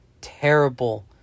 terrible